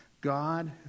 God